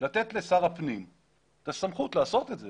לתת לשר הפנים את הסמכות לעשות את זה.